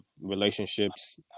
relationships